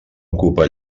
ocupa